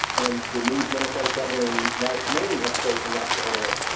and the new democratic governor in maine have chosen not to enter it.